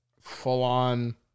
full-on